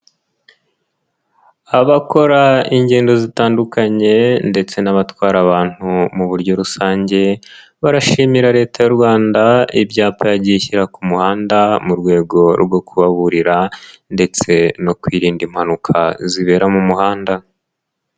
Abakora ingendo zitandukanye ndetse n'abatwara abantu mu buryo rusange, barashimira leta y'u Rwanda ibyapa yagiye ishyira ku muhanda mu rwego rwo kubaburira ndetse no kwirinda impanuka zibera mu muhanda.